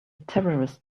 terrorist